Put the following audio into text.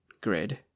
grid